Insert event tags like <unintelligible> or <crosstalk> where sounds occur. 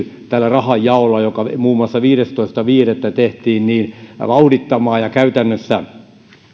<unintelligible> tällä rahanjaolla joka muun muassa viidestoista viidettä tehtiin on pyritty vauhdittamaan ja käytännössä